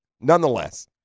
Nonetheless